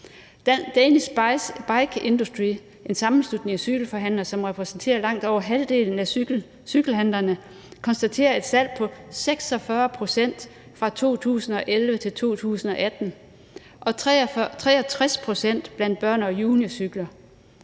Danish Bike Industry, en sammenslutning af cykelforhandlere, som repræsenterer langt over halvdelen af cykelhandlerne, konstaterer et fald på 46 pct. fra 2011 til 2018, og 63 pct. for børne- og juniorcykler.